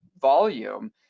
volume